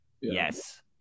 Yes